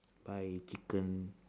buy chicken